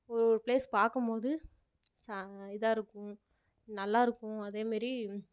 ஒரு ஒரு பிளேஸ் பார்க்கும்போது ச இதாக இருக்கும் நல்லா இருக்கும் அதேமாரி